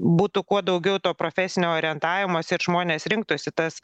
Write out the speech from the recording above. būtų kuo daugiau to profesinio orientavimosi ir žmonės rinktųsi tas